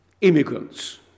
immigrants